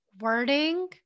wording